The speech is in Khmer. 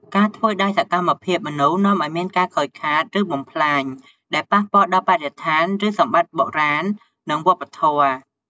ការធ្វើដោយសកម្មភាពមនុស្ស នាំអោយមានការខូចខាត ឬបំផ្លាញ ដែលប៉ះពាល់ដល់បរិស្ថាន ឬសម្បត្តិបុរាណ និងវប្បធម៌។